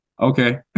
Okay